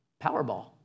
Powerball